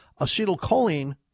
acetylcholine